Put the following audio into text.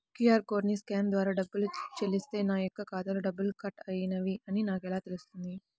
QR కోడ్ని scan ద్వారా డబ్బులు చెల్లిస్తే నా యొక్క ఖాతాలో డబ్బులు కట్ అయినవి అని నాకు ఎలా తెలుస్తుంది?